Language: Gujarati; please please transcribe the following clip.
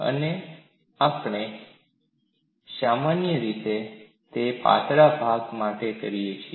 અને આ આપણે સામાન્ય રીતે તે પાતળા ભાગ માટે કરીએ છીએ